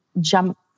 jump